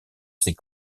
ses